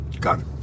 Got